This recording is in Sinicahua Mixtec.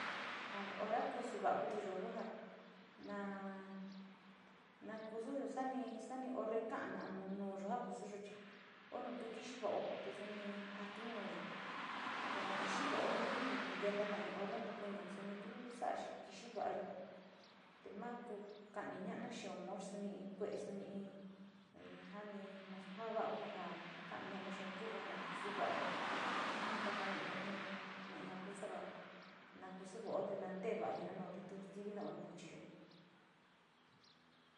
Ja ora kusu va´a kuitiyo ku ja na, na kusuyo sanu, sani o reka´ama no nuyo ja kosuyo o nutu kisi vaote suni jatu nuyo, te ja kixi vao nuni kenta in orra ntukuiñio mao suni in kue´e, suni in ja jani na su ja va´a ku kani na´a na xaao ja na kusu va´ayo, ma ntakani inio in, na in ku sava na kusu va´ao, natee va´a ña, na tu tu stivi noo ntuchiyo.